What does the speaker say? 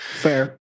Fair